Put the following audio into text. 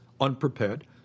unprepared